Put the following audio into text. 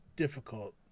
difficult